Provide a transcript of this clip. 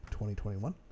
2021